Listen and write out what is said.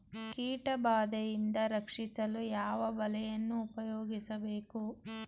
ಕೀಟಬಾದೆಯಿಂದ ರಕ್ಷಿಸಲು ಯಾವ ಬಲೆಯನ್ನು ಉಪಯೋಗಿಸಬೇಕು?